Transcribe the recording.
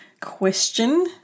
question